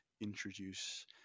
introduce